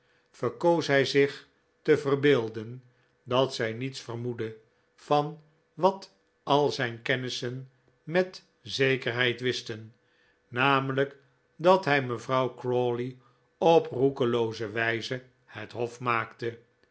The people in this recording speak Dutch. verkoos hij zich te verbeelden dat zij niets vermoedde van wat al zijn kennissen met zekerheid wisten namelijk dat hij mevrouw crawley op roekelooze wijze het hof maakte